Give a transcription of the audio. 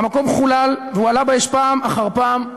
אבל המקום חולל והועלה באש פעם אחר פעם,